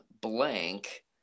Blank